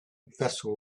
vessel